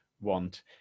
want